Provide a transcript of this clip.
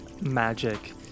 magic